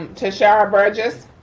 tishara burgess.